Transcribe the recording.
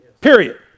period